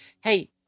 hey